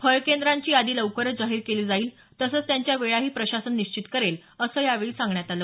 फळ केंद्राची यादी लवकरच जाहीर केली जाईल तसंच त्यांच्या वेळाही प्रशासन निश्चित करेल असं यावेळी सांगण्यात आलं